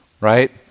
right